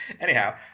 Anyhow